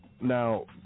now